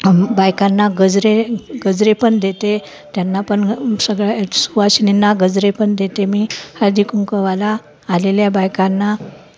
बायकांना गजरे गजरे पण देते त्यांना पण सगळ्या सुवासिनींना गजरे पण देते मी हळदी कुंकवाला आलेल्या बायकांना